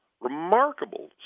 remarkable